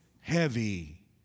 heavy